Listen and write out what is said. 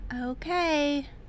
Okay